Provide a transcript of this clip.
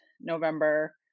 November